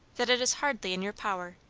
that it is hardly in your power,